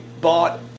bought